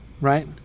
right